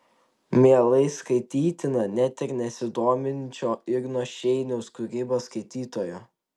mielai skaitytina net ir nesidominčio igno šeiniaus kūryba skaitytojo